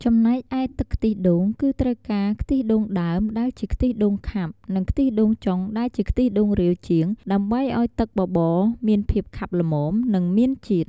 ចំណែកឯទឹកខ្ទិះដូង គឺត្រូវការ ខ្ទិះដូងដើម ដែលជាខ្ទិះដូងខាប់ និងខ្ទិះដូងចុង ដែលជាខ្ទិះដូងរាវជាង ដើម្បីឱ្យទឹកបបរមានភាពខាប់ល្មម និងមានជាតិ។